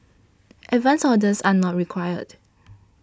advance orders are not required